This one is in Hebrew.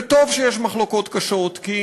וטוב שיש מחלוקות קשות, כי